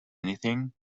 anything